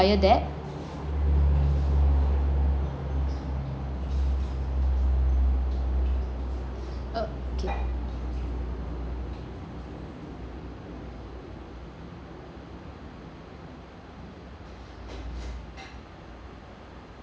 okay